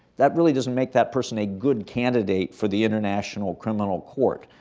that really doesn't make that person a good candidate for the international criminal court.